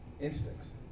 instincts